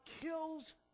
kills